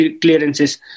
clearances